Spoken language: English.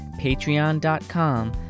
patreon.com